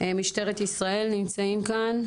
ממשטרת ישראל נמצאים כאן,